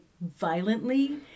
violently